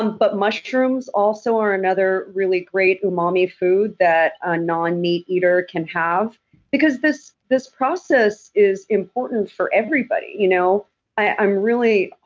but mushrooms also are another really great umami food that a non-meat eater can have because this this process is important for everybody. you know i'm really.